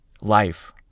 life